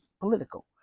political